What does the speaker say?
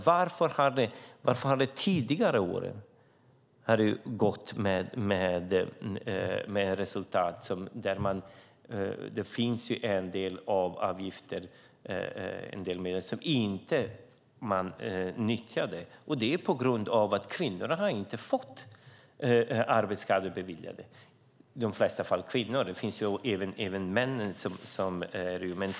Varför har tidigare år en del medel inte nyttjats? Det beror på att kvinnor inte fått sina arbetsskador beviljade; i de flesta fall rör det sig om kvinnor även om det också finns män som inte fått det.